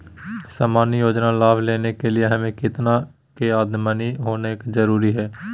सामान्य योजना लाभ लेने के लिए हमें कितना के आमदनी होना जरूरी है?